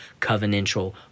covenantal